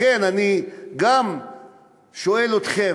לכן, אני גם שואל אתכם,